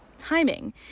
timing